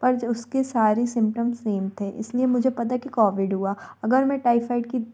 पर जो उसके सारे सिम्टम्स सेम थे इस लिए मुझे पता है कि कोविड हुआ अगर मैं टाइफाइड की